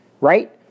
right